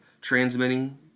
transmitting